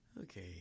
okay